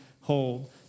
hold